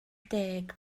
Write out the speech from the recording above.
deg